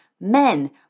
men